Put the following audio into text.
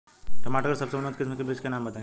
टमाटर के सबसे उन्नत किस्म के बिज के नाम बताई?